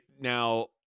now